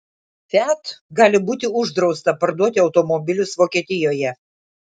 fiat gali būti uždrausta parduoti automobilius vokietijoje